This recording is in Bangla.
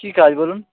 কী কাজ বলুন